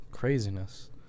craziness